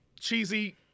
cheesy